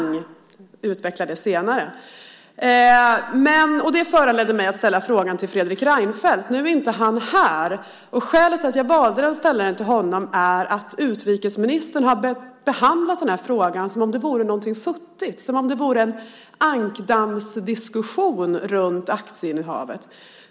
Jag ska utveckla det senare. Och det föranledde mig att ställa frågan till Fredrik Reinfeldt. Men nu är han inte här. Skälet till att jag valde att ställa den till honom är att utrikesministern har behandlat denna fråga som om det vore något futtigt, som om det vore en ankdammsdiskussion om aktieinnehavet.